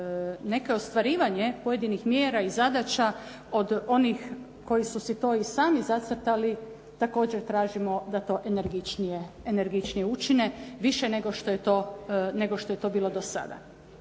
neke ostvarivanje pojedinih mjera i zadaća od onih koji su si to i sami zacrtali također tražimo da to energičnije učine, više nego što je to bilo do sada.